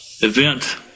event